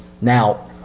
Now